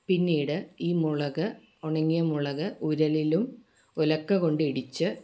പിന്നീട് ഈ മുളക് ഉണങ്ങിയ മുളക് ഉരലിലും ഉലക്ക കൊണ്ടിടിച്ച്